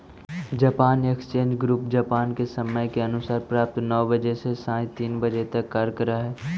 Japan exchange group Japan के समय के अनुसार प्रातः नौ बजे से सायं तीन बजे तक कार्य करऽ हइ